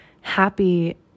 happy